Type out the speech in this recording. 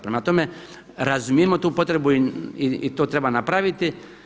Prema tome, razumijemo tu potrebu i to treba napraviti.